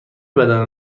بدن